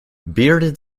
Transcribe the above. bearded